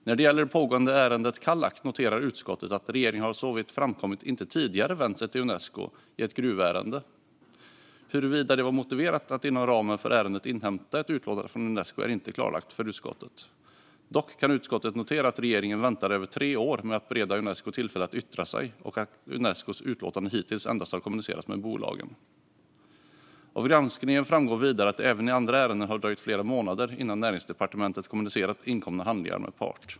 När det gäller det pågående ärendet om Kallak noterar utskottet att regeringen såvitt framkommit inte tidigare vänt sig till Unesco i ett gruvärende. Huruvida det var motiverat att inom ramen för ärendet inhämta ett utlåtande från Unesco är inte klarlagt för utskottet. Dock kan utskottet notera att regeringen väntade över tre år med att bereda Unesco tillfälle att yttra sig och att Unescos utlåtande hittills endast har kommunicerats med bolagen. Av granskningen framgår vidare att det även i andra ärenden har dröjt flera månader innan Näringsdepartementet kommunicerat inkomna handlingar med part.